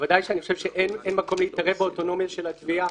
בוודאי שאני חושב שאין מקום להתערב באוטונומיה של התביעה,